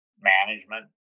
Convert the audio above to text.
management